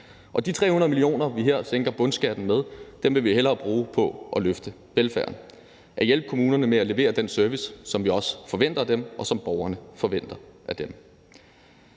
De 300 mio. kr., vi her sænker bundskatten med, vil vi hellere bruge på at løfte velfærden, på at hjælpe kommunerne med at levere den service, som vi også forventer af dem, og som borgerne forventer af dem.